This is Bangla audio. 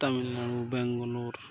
তামিলনাড়ু ব্যাঙ্গালোর